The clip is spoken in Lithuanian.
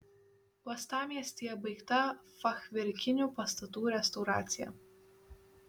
uostamiestyje baigta fachverkinių pastatų restauracija